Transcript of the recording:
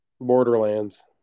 Borderlands